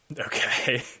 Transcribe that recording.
Okay